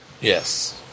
Yes